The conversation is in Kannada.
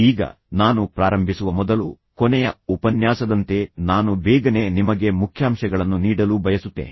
ಈಗ ನಾನು ಪ್ರಾರಂಭಿಸುವ ಮೊದಲು ಕೊನೆಯ ಉಪನ್ಯಾಸದಂತೆ ನಾನು ಬೇಗನೆ ನಿಮಗೆ ಮುಖ್ಯಾಂಶಗಳನ್ನು ನೀಡಲು ಬಯಸುತ್ತೇನೆ